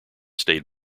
stayed